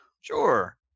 Sure